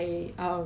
我觉得